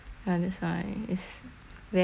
very good then like I bought the